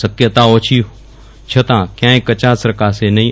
શક્યતા ઓછી હોવા છતાં ક્યાય કચાશ રાખશે નહિ